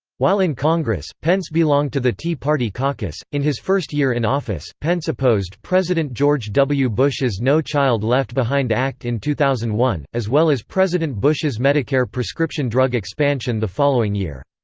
while in congress, pence belonged to the tea party caucus in his first year in office, pence opposed president george w. bush's no child left behind act in two thousand and one, as well as president bush's medicare prescription drug expansion the following year.